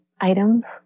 items